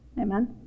Amen